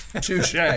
Touche